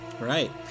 Right